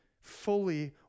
fully